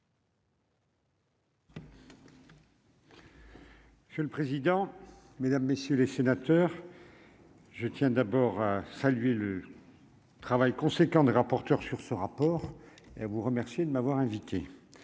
Monsieur le président, Mesdames, messieurs les sénateurs, je tiens d'abord à saluer le travail conséquent des rapporteurs sur ce rapport et vous remercier de m'avoir invité